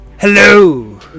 Hello